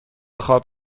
خواب